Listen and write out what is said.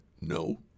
No